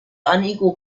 unequal